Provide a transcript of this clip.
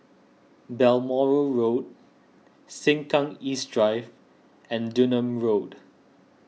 Balmoral Road Sengkang East Drive and Dunearn Road